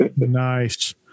Nice